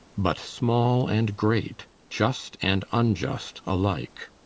but small and great, just and unjust alike.